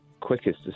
quickest